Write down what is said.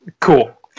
Cool